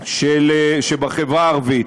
שבחברה הערבית.